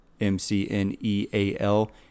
M-C-N-E-A-L